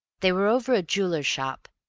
they were over a jeweller's shop,